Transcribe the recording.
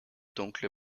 dunkle